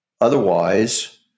Otherwise